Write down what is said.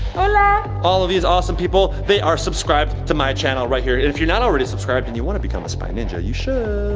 hola. all of these awesome people, they are subscribed to my channel right here. and if you're not already subscribed and you want to become a spy ninja, you should.